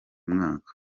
mwaka